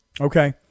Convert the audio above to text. Okay